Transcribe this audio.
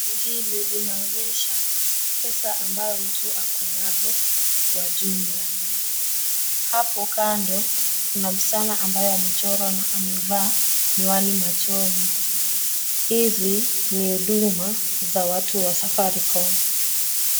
Jambo hili linaonyesha pesa ambazo mtu ako nazo kwa jumla, hapo kando kuna msichana ambaye amechorwa na amevaa miwani machoni, hizi ni huduma za watu wa Safaricom.